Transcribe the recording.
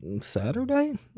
Saturday